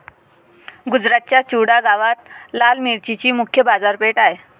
गुजरातच्या चुडा गावात लाल मिरचीची मुख्य बाजारपेठ आहे